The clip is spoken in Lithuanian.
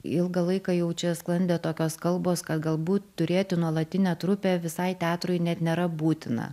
ilgą laiką jau čia sklandė tokios kalbos kad galbūt turėti nuolatinę trupę visai teatrui net nėra būtina